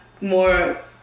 more